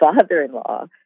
father-in-law